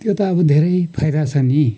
त्यो त अब धेरै फाइदा छ नि